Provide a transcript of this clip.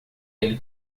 ele